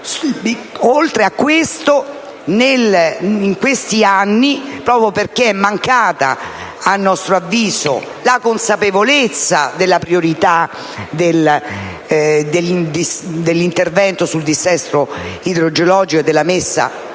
Oltre a ciò, in questi anni, proprio perché è mancata, a nostro avviso, la consapevolezza della priorità dell'intervento sul dissesto idrogeologico e della messa